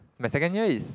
my second year is